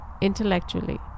intellectually